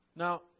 Now